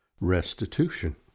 restitution